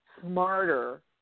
smarter –